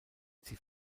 sie